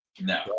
No